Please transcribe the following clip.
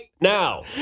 now